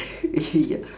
actually ya